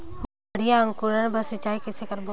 बढ़िया अंकुरण बर सिंचाई कइसे करबो?